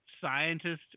scientists